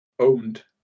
owned